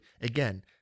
again